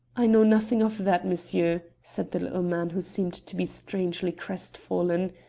i know nothing of that, monsieur, said the little man, who seemed to be strangely crestfallen,